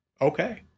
Okay